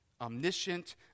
omniscient